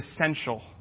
essential